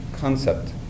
concept